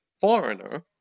foreigner